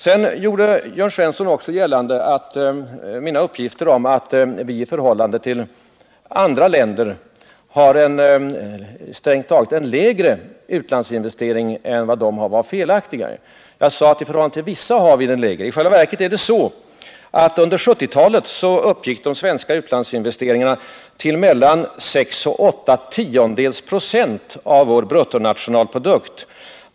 Sedan gjorde Jörn Svensson också gällande att mina uppgifter om att vi i förhållande till andra länder strängt taget har kvar lägre utlandsinvesteringar var felaktiga. Jag vidhåller att i förhållande till vissa stora länder har vi en lägre utländsk investeringsnivå. I själva verket är det så att under 1970-talet uppgick de svenska utlandsinvesteringarna till mellan 6 10 96 av vår bruttonationalprodukt.